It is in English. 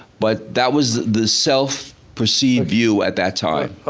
but that was the self-perceived view at that time.